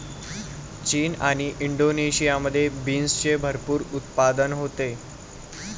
चीन आणि इंडोनेशियामध्ये बीन्सचे भरपूर उत्पादन होते